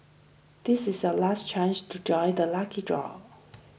this is your last chance to join the lucky draw